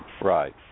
Right